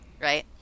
Right